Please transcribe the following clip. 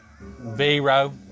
Vero